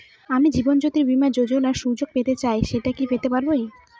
আমি জীবনয্যোতি বীমা যোযোনার সুযোগ পেতে চাই সেটা কি পেতে পারি?